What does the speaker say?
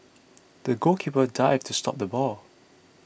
the goalkeeper dived to stop the ball